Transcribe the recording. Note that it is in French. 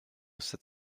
sept